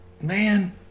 man